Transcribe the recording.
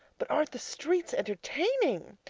but aren't the streets entertaining?